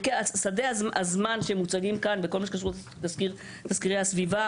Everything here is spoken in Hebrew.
פרקי הזמן שמוצגים כאן בכל מה שקשור לתזכירי הסביבה,